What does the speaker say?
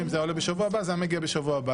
ואם זה היה עולה בשבוע הבא, אז זה מגיע בשבוע הבא.